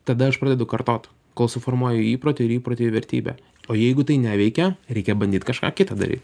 tada aš pradedu kartot kol suformuoju įprotį ir įprotį į vertybę o jeigu tai neveikia reikia bandyt kažką kitą daryt